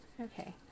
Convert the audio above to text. Okay